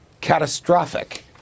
catastrophic